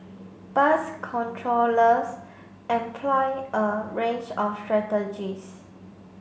bus controllers employ a range of strategies